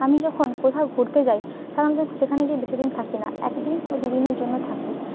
আমি যখন কোথাও ঘুরতে যাই সাধারণত সেখানে গিয়ে বেশিদিন থাকি না এক দিন ও দু দিনের জন্য থাকি